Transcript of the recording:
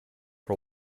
for